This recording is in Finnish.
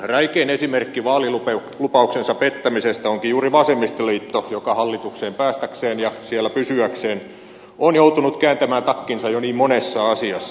räikein esimerkki vaalilupauksensa pettämisestä onkin juuri vasemmistoliitto joka hallitukseen päästäkseen ja siellä pysyäkseen on joutunut kääntämään takkinsa jo niin monessa asiassa